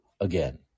again